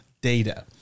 data